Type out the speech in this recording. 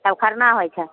तब खरना होइ छै